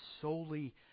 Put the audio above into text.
solely